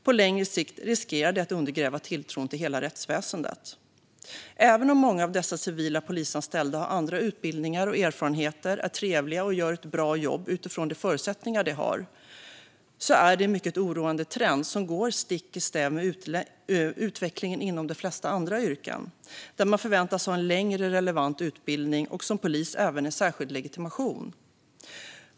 På längre sikt riskerar det att undergräva tilltron till hela rättsväsendet. Även om många av dessa civila polisanställda har andra utbildningar och erfarenheter, är trevliga och gör ett bra jobb utifrån de förutsättningar de har är det en mycket oroande trend som går stick i stäv med utvecklingen inom de flesta andra yrken, där man förväntas ha en längre relevant utbildning och som polis även en särskild legitimation.